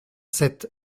sept